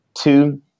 Two